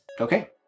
Okay